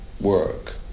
work